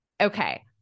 Okay